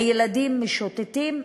הילדים משוטטים,